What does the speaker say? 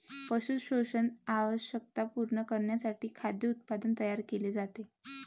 पशु पोषण आवश्यकता पूर्ण करण्यासाठी खाद्य उत्पादन तयार केले जाते